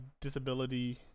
disability